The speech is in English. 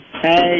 Hey